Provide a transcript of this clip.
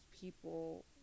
people